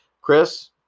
Chris